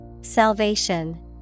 salvation